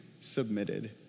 submitted